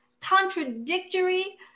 contradictory